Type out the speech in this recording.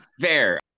Fair